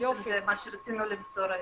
זה מה שרצינו לומר היום.